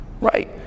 Right